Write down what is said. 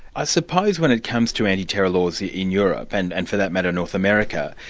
i suppose when it comes to anti-terror laws yeah in europe, and and for that matter, north america,